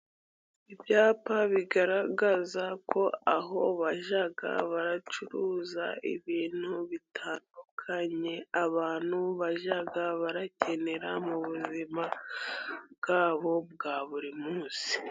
Ibyapa bigaragaza ko aho bajya baracuruza ibintu bitandukanye, abantu bajya barakenera mu buzima bwabo bwa buri munsi.